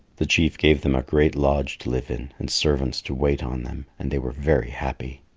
the chief gave them a great lodge to live in and servants to wait on them, and they were very happy.